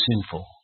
sinful